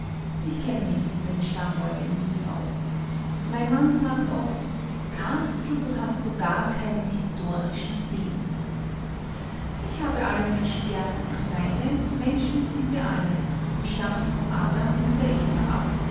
ich kenne mich mit den stammbäumen nie aus mein mann sagt oft katzel du hast so gar keinen historischen sinn ich habe alle menschen gern und meine menschen sind wir alle und stammen vom adam und der eva ab